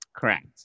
Correct